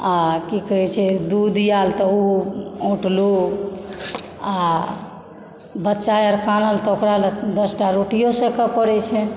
आ की कहय छै दूध आयल तऽ ओ औटलहुँ आ बच्चा आर कानल तऽ ओकरालऽ दशटा रोटियो सेकय पड़ैत छै